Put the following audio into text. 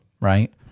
right